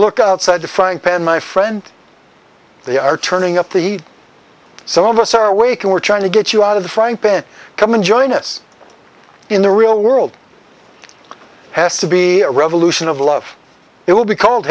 look outside to find penn my friend they are turning up the eat some of us are awake and we're trying to get you out of the frying pan come and join us in the real world has to be a revolution of love it will be called